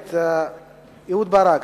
נגד אהוד ברק,